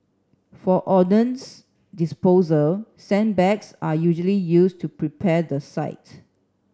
for ordnance disposal sandbags are usually used to prepare the site